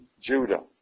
Judah